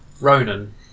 Ronan